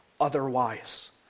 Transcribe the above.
otherwise